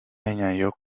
añadió